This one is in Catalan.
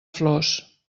flors